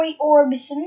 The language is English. Orbison